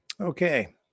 Okay